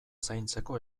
zaintzeko